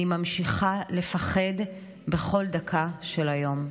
אני ממשיכה לפחד בכל דקה של היום.